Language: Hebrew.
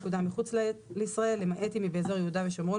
נקודה מחוץ לישראל למעט אם היא באזור יהודה והשומרון